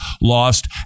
lost